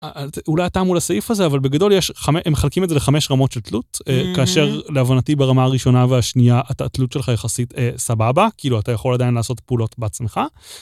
אולי אתה מול הסעיף הזה, אבל בגדול הם מחלקים את זה לחמש רמות של תלות, כאשר להבנתי ברמה הראשונה והשנייה התלות שלך יחסית סבבה, כאילו אתה יכול עדיין לעשות פעולות בעצמך.